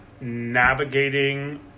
navigating